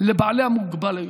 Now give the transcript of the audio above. לבעלי המוגבלויות.